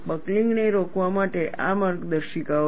buckling ને રોકવા માટે આ માર્ગદર્શિકાઓ છે